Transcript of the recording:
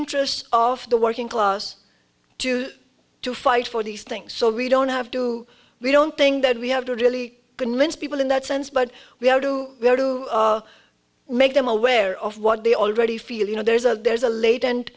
interests of the working class to fight for these things so we don't have to we don't think that we have to really convince people in that sense but we have to make them aware of what they already feel you know there's a there's a late